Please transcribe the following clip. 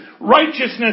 Righteousness